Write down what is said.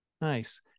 Nice